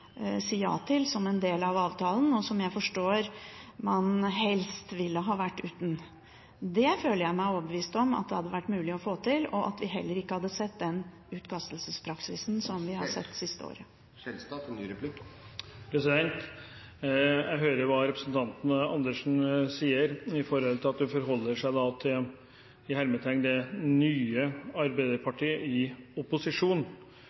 til, som en del av avtalen, og som jeg forstår man helst ville ha vært uten. Jeg føler meg overbevist om at det hadde vært mulig å få til, og at vi heller ikke hadde sett den utkastelsespraksisen som vi har sett det siste året. Jeg hører hva representanten Andersen sier, at hun forholder seg til «det nye Arbeiderpartiet» i opposisjon.